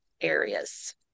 areas